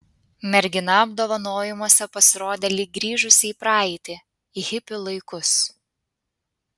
mergina apdovanojimuose pasirodė lyg grįžusi į praeitį į hipių laikus